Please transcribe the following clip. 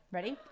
Ready